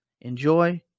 enjoy